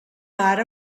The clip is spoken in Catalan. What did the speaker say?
ara